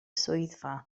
swyddfa